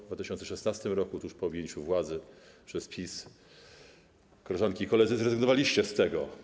W 2016 r., tuż po objęciu władzy przez PiS, koleżanki i koledzy, zrezygnowaliście z tego.